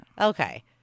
Okay